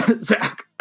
zach